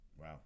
Wow